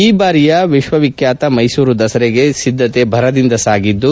ಈ ಬಾರಿಯ ವಿಶ್ವವಿಖ್ಯಾತ ಮೈಸೂರು ದಸರೆಗೆ ಸಿದ್ದತೆ ಭರದಿಂದ ಸಾಗಿದ್ದು